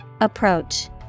Approach